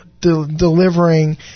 delivering